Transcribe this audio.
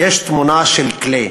"יש תמונה של קליי,